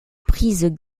prises